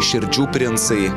širdžių princai